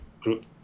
group